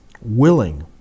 willing